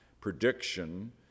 prediction